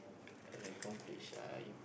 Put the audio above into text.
uh like complete sia you